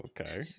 okay